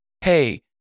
hey